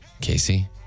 Casey